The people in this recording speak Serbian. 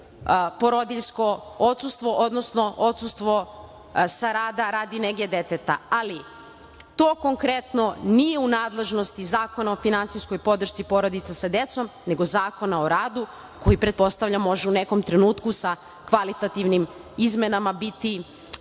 porodiljsko odsustvo, odnosno odsustvo sa rada radi nege deteta, ali to konkretno nije u nadležnosti Zakona o finansijskoj podršci porodica sa decom, nego Zakona o radu, koji, pretpostavljam, može u nekom trenutku sa kvalitativnim izmenama biti